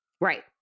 Right